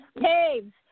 caves